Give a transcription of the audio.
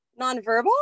Nonverbal